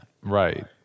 Right